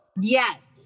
Yes